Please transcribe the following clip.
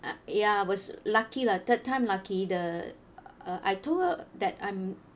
uh ya I was lucky lah third time lucky the uh I told that I'm